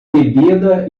bebida